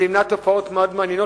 זה ימנע תופעות מאוד מעניינות.